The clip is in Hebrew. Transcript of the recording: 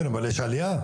כן, אבל יש עלייה.